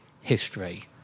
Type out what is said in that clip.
history